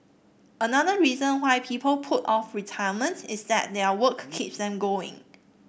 another reason why people put off retirement is that their work keeps them going